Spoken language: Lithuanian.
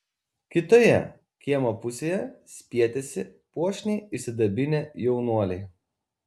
kitoje kiemo pusėje spietėsi puošniai išsidabinę jaunuoliai